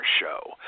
show